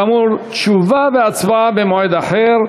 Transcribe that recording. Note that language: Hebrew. כאמור, תשובה והצבעה במועד אחר.